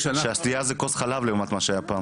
--- ששתייה זה כוס חלב לעומת מה שהיה פעם.